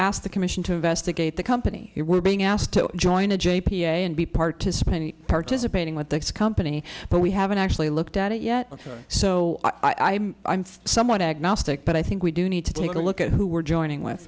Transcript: ask the commission to investigate the company they were being asked to join a j p a and b participant participating with thanks company but we haven't actually looked at it yet ok so i'm i'm somewhat agnostic but i think we do need to take a look at who were joining with